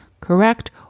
correct